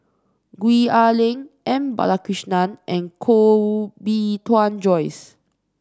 Gwee Ah Leng M Balakrishnan and Koh Bee Tuan Joyce